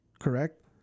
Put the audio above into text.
correct